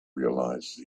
realise